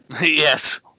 Yes